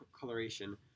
coloration